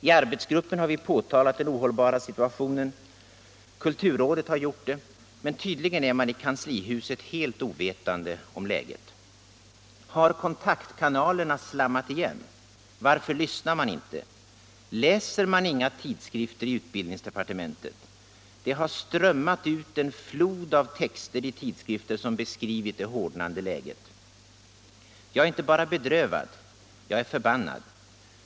I arbetsgruppen har vi påtalat den ohållbara situationen. Kulturrådet har gjort det. Men tydligen är man i kanslihuset helt ovetande om läget. Har kontaktkanalerna slammat igen? Varför lyssnar man inte? Läser man inga tidskrifter? Det har strömmat ut en flod av texter i tidskrifter som beskrivit det hårdnande läget. Jag är inte bara bedrövad. Jag är förbannad.